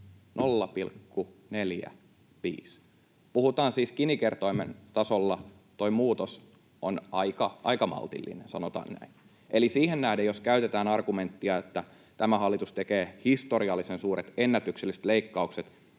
0,45, puhutaan siis Gini-kertoimen tasolla. Tuo muutos on aika maltillinen, sanotaan näin. Eli siihen nähden, jos käytetään argumenttia, että tämä hallitus tekee historiallisen suuret, ennätykselliset leikkaukset,